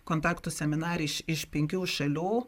kontaktų seminare iš iš penkių šalių